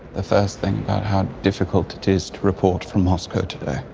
the first thing difficult it is to report from moscow today,